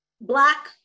Black